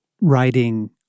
writing